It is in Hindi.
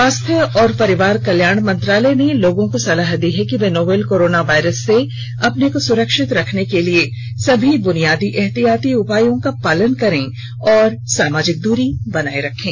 स्वास्थ्य और परिवार कल्याण मंत्रालय ने लोगों को सलाह दी है कि वे नोवल कोरोना वायरस से अपने को सुरक्षित रखने के लिए सभी बुनियादी एहतियाती उपायों का पालन करें और सामाजिक दूरी बनाए रखें